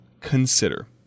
consider